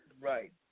right